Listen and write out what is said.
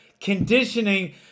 conditioning